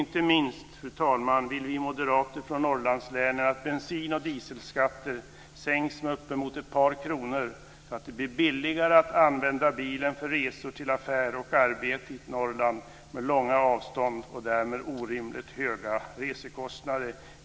Inte minst vill vi moderater från Norrlandslänen att bensin och dieselskatter sänks med uppemot ett par kronor så att det blir billigare att använda bilen för resor till affär och arbete i ett Norrland med långa avstånd och därmed orimligt höga resekostnader.